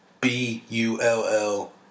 B-U-L-L